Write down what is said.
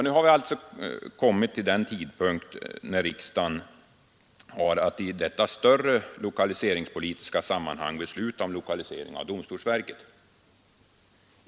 Nu har alltså den tidpunkt kommit när riksdagen i ett större lokaliseringspolitiskt sammanhang skall besluta om lokalisering av domstolsverket.